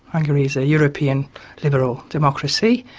hungary is a european liberal democracy.